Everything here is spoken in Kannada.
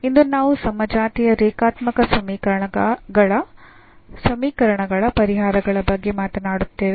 ಇಂದು ನಾವು ಸಮಜಾತೀಯ ರೇಖಾತ್ಮಕ ಸಮೀಕರಣಗಳ ಪರಿಹಾರಗಳ ಬಗ್ಗೆ ಮಾತನಾಡುತ್ತೇವೆ